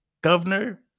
governor